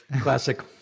Classic